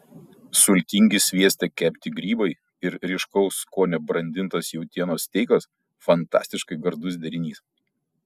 sultingi svieste kepti grybai ir ryškaus skonio brandintas jautienos steikas fantastiškai gardus derinys